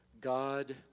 God